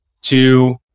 two